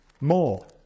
more